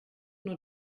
nur